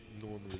normally